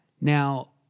Now